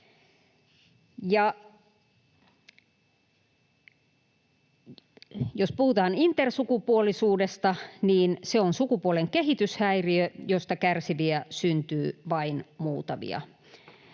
Jos puhutaan intersukupuolisuudesta, niin se on sukupuolen kehityshäiriö, josta kärsiviä syntyy vain muutamia.